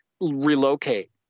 relocate